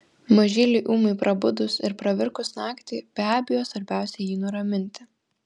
mažyliui ūmai prabudus ir pravirkus naktį be abejo svarbiausia jį nuraminti